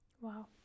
wow